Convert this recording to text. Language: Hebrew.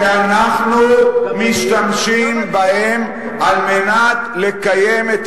שאנחנו משתמשים בהם על מנת לקיים את